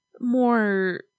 more